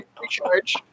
recharge